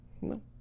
No